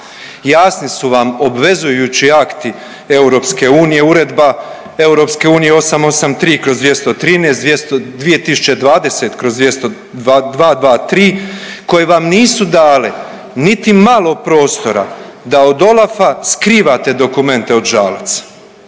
Jasni su vam obvezujući akti EU, Uredba EU 883/213, 2020/223 koje vam nisu dale niti malo prostora da od OLAF-a skrivate dokumente od Žalac,